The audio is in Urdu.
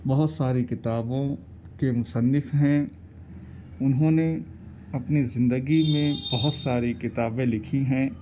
بہت ساری کتابوں کے مصنف ہیں انہوں نے اپنی زندگی میں بہت ساری کتابیں لکھی ہیں